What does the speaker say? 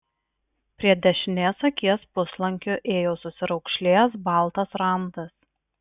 prie dešinės akies puslankiu ėjo susiraukšlėjęs baltas randas